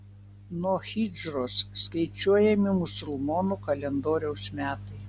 nuo hidžros skaičiuojami musulmonų kalendoriaus metai